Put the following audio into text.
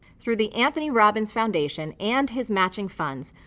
through the anthony robbins foundation and his matching funds,